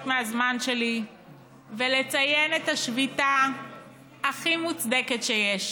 מהזמן שלי ולציין את השביתה הכי מוצדקת שיש,